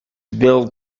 build